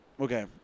Okay